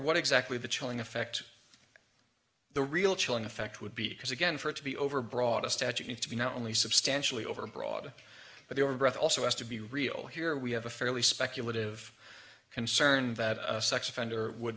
what exactly the chilling effect the real chilling effect would be because again for it to be overbroad a statute need to be not only substantially overbroad but they were brought also has to be real here we have a fairly speculative concern that a sex offender would